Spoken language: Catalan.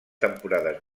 temporades